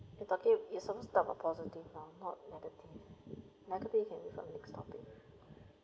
eh towkay you supposed to talk a positive now not negative negative you can refer next topic